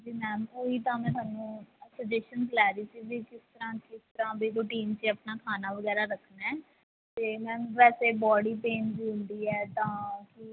ਹਾਂਜੀ ਮੈਮ ਉਹੀ ਤਾਂ ਮੈਂ ਤੁਹਾਨੂੰ ਸਜੈਸ਼ਨ ਲੈ ਰਹੀ ਸੀ ਵੀ ਕਿਸ ਤਰ੍ਹਾਂ ਕਿਸ ਤਰ੍ਹਾਂ ਵੀ ਰੂਟੀਨ 'ਚ ਆਪਣਾ ਖਾਣਾ ਵਗੈਰਾ ਰੱਖਣਾ ਅਤੇ ਮੈਮ ਵੈਸੇ ਬੌਡੀ ਪੇਨ ਜਿਹੀ ਹੁੰਦੀ ਹੈ ਤਾਂ ਕਿ